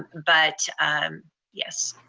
um but yes,